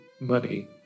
money